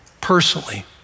personally